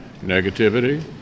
negativity